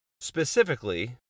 specifically